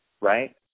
Right